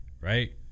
right